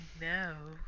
no